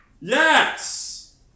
Yes